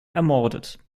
ermordet